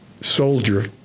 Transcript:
soldier